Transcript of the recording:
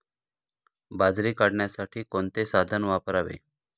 बाजरी काढण्यासाठी कोणते साधन वापरावे?